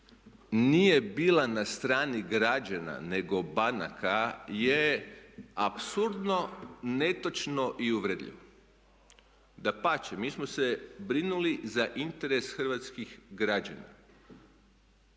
nije bila na strani građana nego banaka je apsurdno, netočno i uvredljivo. Dapače, mi smo se brinuli za interes hrvatskih građana,